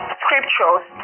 scriptures